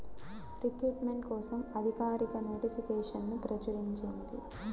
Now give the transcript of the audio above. recruitment కోసం అధికారిక నోటిఫికేషన్ను ప్రచురించింది